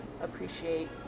appreciate